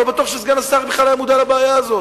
לא בטוח שסגן השר בכלל היה מודע לבעיה הזאת.